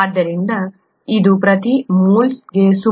ಆದ್ದರಿಂದ ಇದು ಪ್ರತಿ ಮೋಲ್ಗೆ ಸುಮಾರು 7